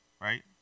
right